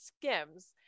Skims